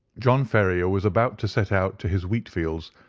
john ferrier was about to set out to his wheatfields,